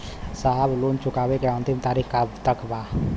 साहब लोन चुकावे क अंतिम तारीख कब तक बा?